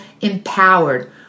empowered